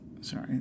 Sorry